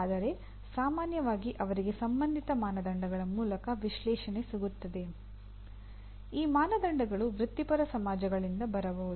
ಆದರೆ ಸಾಮಾನ್ಯವಾಗಿ ಅವರಿಗೆ ಸಂಬಂಧಿತ ಮಾನದಂಡಗಳ ಮೂಲಕ ವಿಶ್ಲೇಷಣೆ ಸಿಗುತ್ತದೆ ಈ ಮಾನದಂಡಗಳು ವೃತ್ತಿಪರ ಸಮಾಜಗಳಿಂದ ಬರಬಹುದು